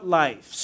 life